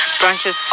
branches